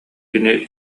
кини